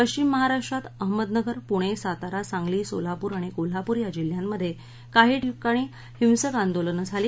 पश्चिम महाराष्ट्रात अहमदनगर पुणा आतारा सांगली सोलापूर आणि कोल्हापूर या जिल्ह्यांमध्यक्काही ठिकाणी हिंसक आंदोलनं झाली